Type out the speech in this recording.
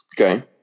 Okay